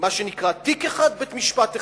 מה שנקרא: תיק אחד, בית-משפט אחד.